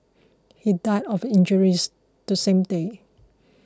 he died of his injuries the same day